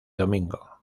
domingo